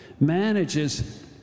manages